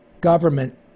government